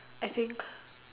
I think